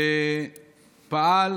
פעל,